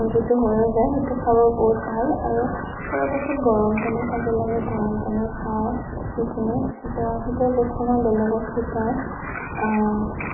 green টিটো হৈয়ে যায় সেইটো খালে বহুত ভাল আৰু পৰাপক্ষত গৰম পানী খাব লাগে গৰম পানী খাওঁ সেইখিনি সেইবোৰ বস্তু মই বেলেগক শিকাও